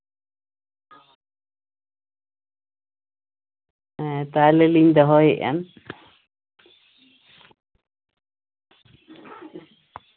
ᱦᱮᱸ ᱛᱟᱦᱞᱮᱞᱤᱧ ᱫᱚᱦᱚᱭᱮᱜᱼᱟ